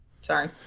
sorry